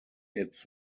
its